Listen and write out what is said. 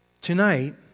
Tonight